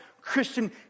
Christian